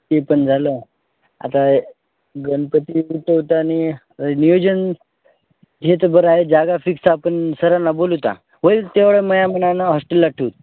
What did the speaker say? ते पण झालं आता गणपती उठवताना नियोजन हे तर बरं आहे जागा फिक्स आपण सरांना बोलू ते होईल तेवढं माझ्या मनानं हॉस्टेलला ठेवू